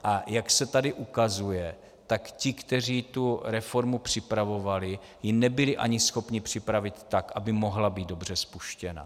A jak se tady ukazuje, tak ti, kteří tu reformu připravovali, nebyli ani schopni ji připravit tak, aby mohla být dobře spuštěna.